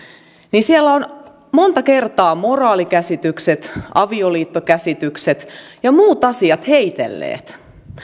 ovat monta kertaa moraalikäsitykset avioliittokäsitykset ja muut asiat heitelleet